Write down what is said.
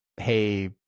Hey